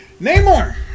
Namor